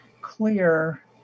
clear